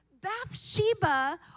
Bathsheba